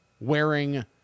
wearing